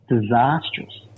disastrous